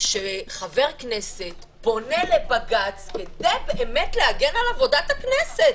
שחבר כנסת פונה לבג"ץ כדי להגן על עבודת הכנסת.